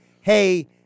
hey